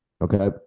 Okay